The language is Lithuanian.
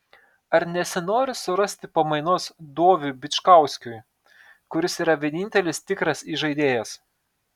ar nesinori surasti pamainos doviui bičkauskiui kuris yra vienintelis tikras įžaidėjas